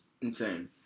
Insane